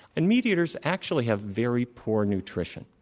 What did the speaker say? and meat-eaters actually have very poor nutrition.